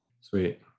Sweet